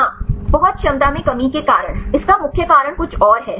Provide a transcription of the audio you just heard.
हाँ पहुँच क्षमता में कमी के कारण इसका मुख्य कारण कुछ और है